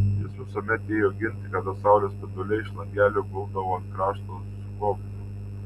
jis visuomet ėjo ginti kada saulės spinduliai iš langelio guldavo ant krašto skobnių